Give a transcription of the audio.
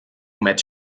met